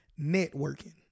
networking